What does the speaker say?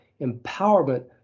empowerment